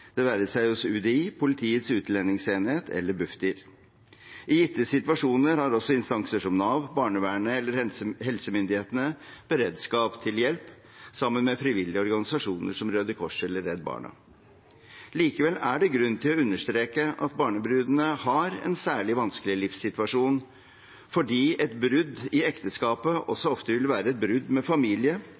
det være seg hos UDI, Politiets utlendingsenhet eller Bufdir. I gitte situasjoner har også instanser som Nav, barnevernet eller helsemyndighetene beredskap til hjelp, sammen med frivillige organisasjoner som Røde Kors eller Redd Barna. Likevel er det grunn til å understreke at barnebrudene har en særlig vanskelig livssituasjon fordi et brudd i ekteskapet også ofte vil være et brudd med familie